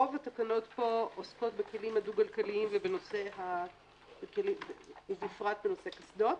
רוב התקנות פה עוסקות בכלים הדו-גלגליים ובפרט בנושאי קסדות.